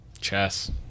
Chess